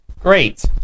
Great